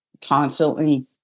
constantly